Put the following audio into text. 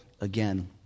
again